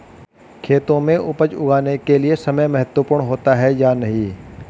खेतों में उपज उगाने के लिये समय महत्वपूर्ण होता है या नहीं?